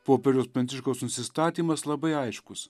popiežiaus pranciškaus nusistatymas labai aiškus